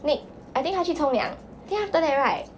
nick I think 他去冲凉 then after that right